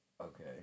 Okay